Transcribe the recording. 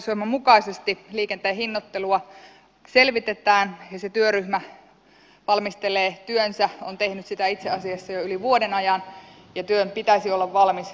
hallitusohjelman mukaisesti liikenteen hinnoittelua selvitetään ja se työryhmä valmistelee työnsä on tehnyt sitä itse asiassa jo yli vuoden ajan ja työn pitäisi olla valmis joulukuussa